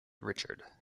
richard